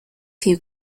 few